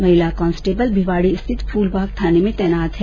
महिला कांस्टेबल भिवाड़ी स्थित फूल बाग थाने में तैनात है